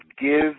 give